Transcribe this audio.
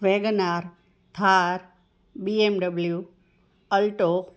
Wagon R Thar BMW alto